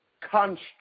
construct